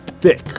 thick